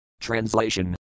Translation